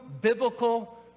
biblical